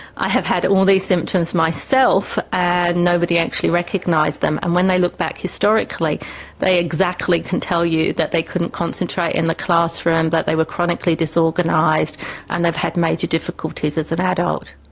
i have had all these symptoms myself and nobody actually recognised them. and when they look back historically they exactly can tell you that they couldn't concentrate in the classroom, that they were chronically disorganised and they've had major difficulties as an adult.